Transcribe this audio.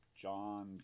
john